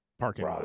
Parking